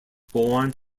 born